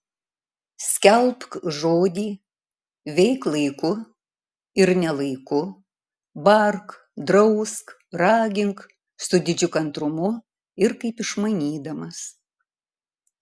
skelbk žodį veik laiku ir ne laiku bark drausk ragink su didžiu kantrumu ir kaip išmanydamas